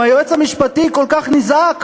אם היועץ המשפטי כל כך נזעק,